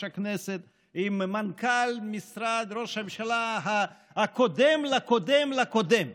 הכנסת עם מנכ"ל משרד ראש הממשלה הקודם לקודם לקודם,